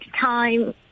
time